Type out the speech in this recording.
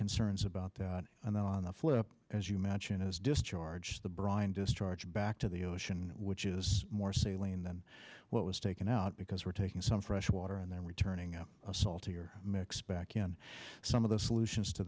concerns about that and then on the flip as you mentioned is discharge the brine discharge back to the ocean which is more sealing than what was taken out because we're taking some fresh water and then returning up a salty or mix back in some of the solutions to